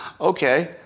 Okay